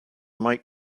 might